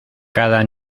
cada